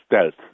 stealth